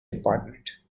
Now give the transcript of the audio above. department